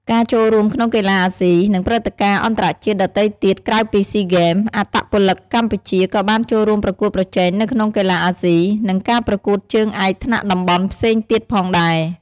ការចូលរួមក្នុងកីឡាអាស៊ី និងព្រឹត្តិការណ៍អន្តរជាតិដទៃទៀតក្រៅពីស៊ីហ្គេម អត្តពលិកកម្ពុជាក៏បានចូលរួមប្រកួតប្រជែងនៅក្នុងកីឡាអាស៊ី និងការប្រកួតជើងឯកថ្នាក់តំបន់ផ្សេងទៀតផងដែរ ។